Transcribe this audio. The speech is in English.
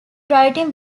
writing